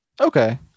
Okay